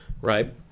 right